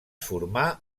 formà